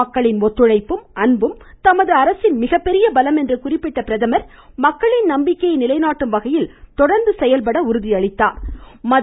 மக்களின் ஒத்துழைப்பும் அன்பும் தமது அரசின் மிகப்பெரிய பலம் என்று குறிப்பிட்ட அவர் மக்களின் நம்பிக்கையை நிலைநாட்டும் வகையில் தொடர்ந்து செயல்பட உள்ளதாகவும் கூறினார்